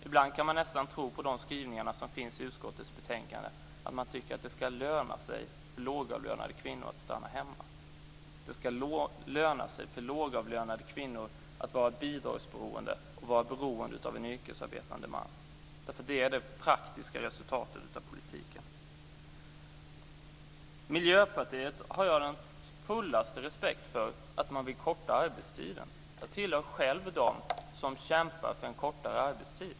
Ibland kan man nästan tro på de skrivningar som finns i utskottets betänkande om att man tycker att det ska löna sig för lågavlönade kvinnor att stanna hemma. Det ska löna sig för lågavlönade kvinnor att vara bidragsberoende och vara beroende av en yrkesarbetande man. Det är nämligen det praktiska resultatet av politiken. Jag har den fullaste respekt för att Miljöpartiet vill korta arbetstiden. Jag tillhör själv dem som kämpar för en kortare arbetstid.